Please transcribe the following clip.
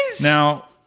Now